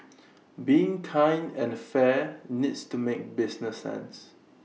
being kind and fair needs to make business sense